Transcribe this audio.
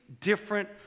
different